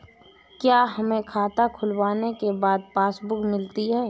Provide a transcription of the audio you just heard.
क्या हमें खाता खुलवाने के बाद पासबुक मिलती है?